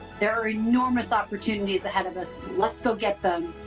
there are enormous opportunities ahead of us. let's go get them.